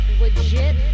Legit